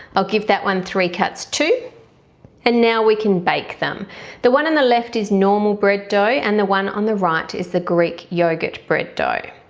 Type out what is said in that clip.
i'll give that one three cuts too and now we can bake them the one on and the left is normal bread dough and the one on the right is the greek yogurt bread dough.